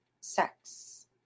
sex